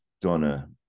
donna